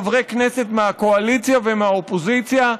חברי כנסת מהקואליציה ומהאופוזיציה,